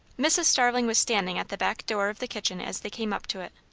mrs. starling was standing at the back door of the kitchen as they came up to it.